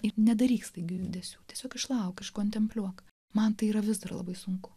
ir nedaryk staigių judesių tiesiog išlauk iškontempliuok man tai yra vis dar labai sunku